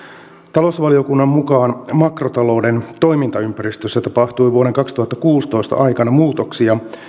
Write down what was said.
talousvaliokunnan mukaan makrotalouden toimintaympäristössä tapahtui vuoden kaksituhattakuusitoista aikana muutoksia